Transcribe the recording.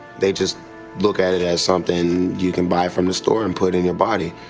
they just look at it as somethin' you can buy from the store and put in your body,